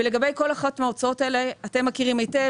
ולגבי כל אחת מההוצאות האלה יש כללים,